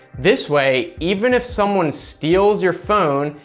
this way, even if someone steals your phone,